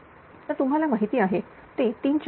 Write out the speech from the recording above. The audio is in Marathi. तर तुम्हाला माहिती आहे ते तीन चरण आहे